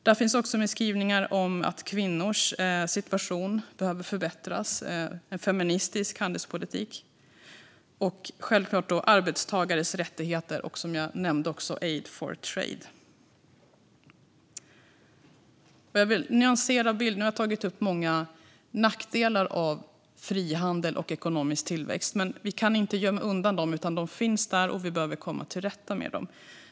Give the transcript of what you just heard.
Där finns också skrivningar om att kvinnors situation behöver förbättras, om en feministisk handelspolitik och självklart arbetstagares rättigheter och, som jag nämnde, Aid for Trade. Jag vill nyansera bilden, för nu har jag tagit upp många nackdelar med frihandel och ekonomisk tillväxt. Vi kan inte gömma om undan dem, utan de finns där och vi behöver komma till rätta med dem.